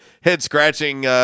head-scratching